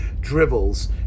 dribbles